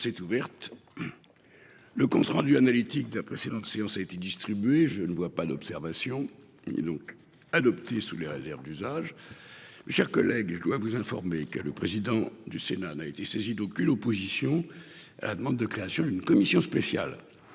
Cette ouverte. Le compte rendu analytique de président séance a été distribué. Je ne vois pas d'observation et donc adopté sous les réserves d'usage. Je veux dire collègues et je dois vous informer qu'que le président du Sénat n'a été saisi d'aucune opposition à la demande de création d'une commission spéciale